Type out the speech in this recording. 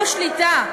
אתם בשליטה,